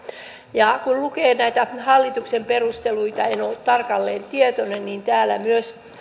kun lukee näitä hallituksen perusteluita en ole ollut tarkalleen tietoinen niin täällä myös